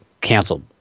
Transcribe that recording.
canceled